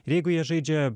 ir jeigu jie žaidžia